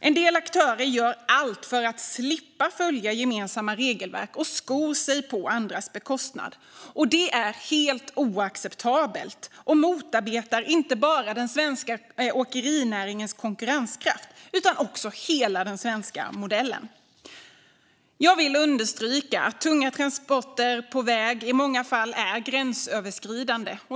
En del aktörer gör allt för att slippa följa gemensamma regelverk och skor sig på andras bekostnad. Det är helt oacceptabelt och motarbetar inte bara den svenska åkerinäringens konkurrenskraft utan också hela den svenska modellen. Jag vill understryka att tunga transporter på väg i många fall är gränsöverskridande.